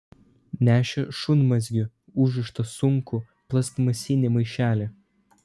nešė šunmazgiu užrištą sunkų plastmasinį maišelį